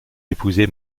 épousé